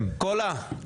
קינלי, קינלי, קולה.